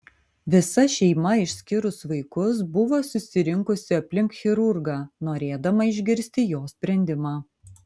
visa šeima išskyrus vaikus buvo susirinkusi aplink chirurgą norėdama išgirsti jo sprendimą